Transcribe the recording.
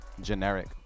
generic